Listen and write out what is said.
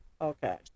Okay